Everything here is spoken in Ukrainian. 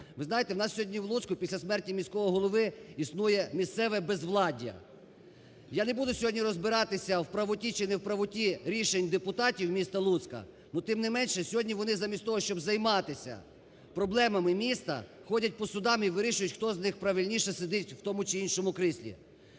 Ви знаєте у нас сьогодні в Луцьку після смерті міського голови існує місцеве безвладдя. Я не буду сьогодні розбиратися у правоті чи не в правоті рішень депутатів міста Луцька, тим не менше, сьогодні вони замість того, щоб займатися проблемам міста ходять по судах і вирішують, хто з них правильніше сидить в тому чи іншому кріслі.